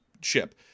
ship